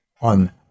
on